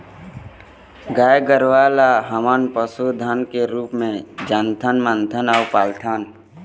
गाय गरूवा ल हमन पशु धन के रुप जानथन, मानथन अउ पालथन